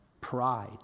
Pride